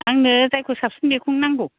आंनो जायखौ साबसिन बेखौनो नांगौ